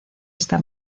esta